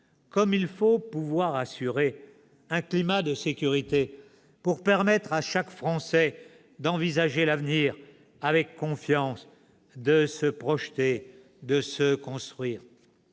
Comme il faut pouvoir assurer un climat de sécurité pour permettre à chaque Français d'envisager l'avenir avec confiance, de se projeter, de se construire.